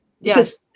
Yes